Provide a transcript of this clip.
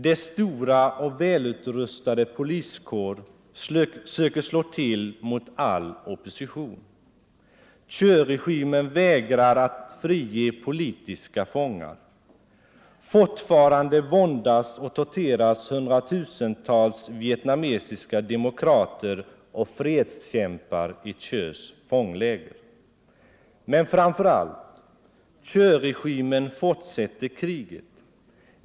Dess stora och välutrustade poliskår söker slå till mot all opposition. Thieuregimen vägrar att frige politiska fångar. Fortfarande våndas och torteras hundratusentals vietnamesiska demokrater och fredskämpar i Thieus fångläger. Men framför allt: Thieuregimen fortsätter kriget.